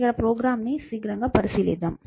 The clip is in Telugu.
ఇక్కడ ప్రోగ్రామ్ను శీఘ్రంగా పరిశీలిద్దాం